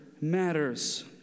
matters